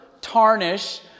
tarnish